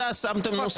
ושלחתי אותם גם אתמול.